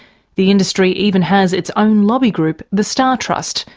the industry even has its own lobby group, the star trust,